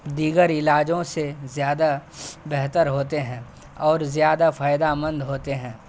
دیگر علاجوں سے زیادہ بہتر ہوتے ہیں اور زیادہ فائدہ مند ہوتے ہیں